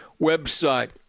website